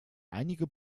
einige